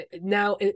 now